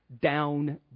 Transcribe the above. down